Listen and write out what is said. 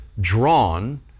drawn